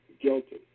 guilty